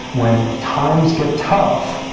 when times get tough